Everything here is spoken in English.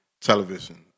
television